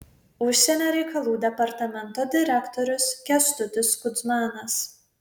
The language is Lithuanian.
užsienio reikalų departamento direktorius kęstutis kudzmanas